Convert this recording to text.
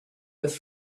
with